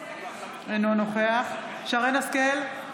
אינו נוכח שרן מרים השכל,